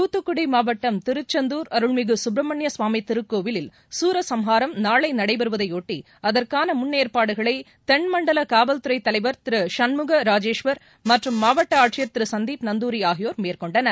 தாத்தக்குடி மாவட்டம் திருச்செந்துார் அருள்மிகு சுப்பிரமணிய திருக்கோயிலில் சூரசம்ஹாரம் நாளை நடைபெறுவதை யொட்டி அதற்கான முன்னேற்பாடுகளை தென்மண்டல காவல்துறை தலைவர் திரு சண்முக ராஜேஸ்வரர் மற்றும் மாவட்ட ஆட்சியர் திரு சந்தீப் நந்தூரி ஆகியோர் மேற்னெண்டனர்